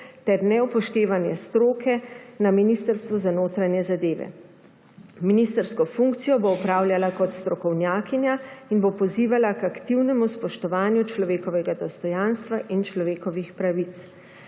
ter neupoštevanje stroke na Ministrstvu za notranje zadeve. Ministrsko funkcijo bo opravljala kot strokovnjakinja in bo pozivala k aktivnemu spoštovanju človekovega dostojanstva in človekovih pravic.